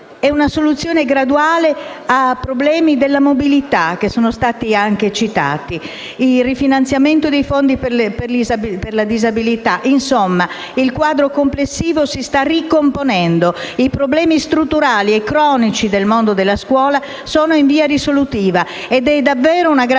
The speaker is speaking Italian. la soluzione graduale a problemi come quello della mobilità e il rifinanziamento dei fondi per la disabilità. Insomma, il quadro complessivo si sta ricomponendo. I problemi strutturali e cronici del mondo della scuola sono in via di risoluzione ed è davvero una grande